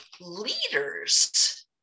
leaders